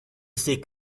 sick